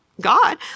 God